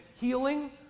healing